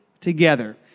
Together